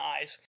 eyes